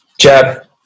jab